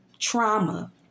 Trauma